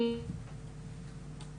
והוא כל הזמן היה מחוץ לבית,